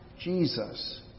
Jesus